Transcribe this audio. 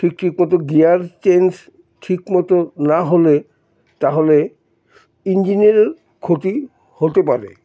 ঠিক ঠিক মতো গিয়ার চেঞ্জ ঠিক মতো না হলে তাহলে ইঞ্জিনের ক্ষতি হতে পারে